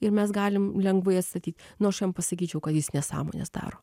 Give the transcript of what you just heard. ir mes galim lengvai atstatyt nu aš jam pasakyčiau kad jis nesąmones daro